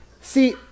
See